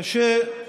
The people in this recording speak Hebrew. חבר הכנסת כץ.